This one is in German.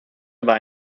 dabei